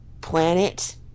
planet